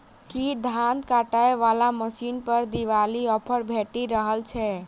की धान काटय वला मशीन पर दिवाली ऑफर भेटि रहल छै?